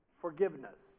forgiveness